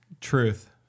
Truth